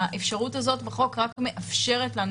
האפשרות הזאת בחוק מאפשרת לנו,